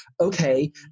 Okay